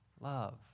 love